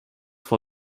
for